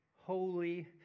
holy